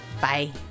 Bye